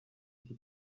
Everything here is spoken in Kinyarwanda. iki